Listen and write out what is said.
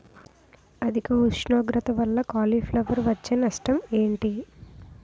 అధిక ఉష్ణోగ్రత వల్ల కాలీఫ్లవర్ వచ్చే నష్టం ఏంటి?